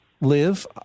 live